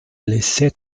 laisser